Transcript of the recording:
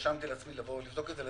רשמתי לעצמי לבדוק את זה.